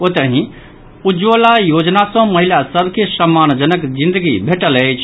ओतहि उज्ज्वला योजना सॅ महिला सभ के सम्मानजनक जिंदगी भेटल अछि